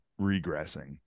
regressing